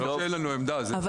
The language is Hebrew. זה לא שאין לנו עמדה, --- ברור לי.